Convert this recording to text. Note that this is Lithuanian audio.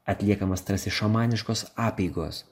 atliekamas tarsi šamaniškos apeigos